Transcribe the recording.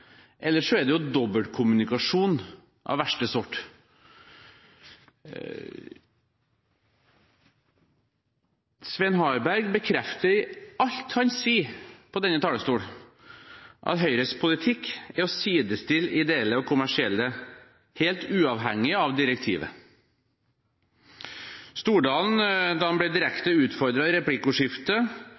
så er det dobbeltkommunikasjon av verste sort. Svein Harberg bekrefter i alt han sier fra denne talerstolen at Høyres politikk er å sidestille ideelle og kommersielle, helt uavhengig av direktivet. Da Stordalen ble direkte utfordret i